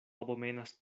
abomenas